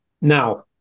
Now